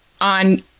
on